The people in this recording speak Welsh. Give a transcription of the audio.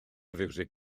fiwsig